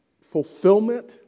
fulfillment